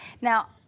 now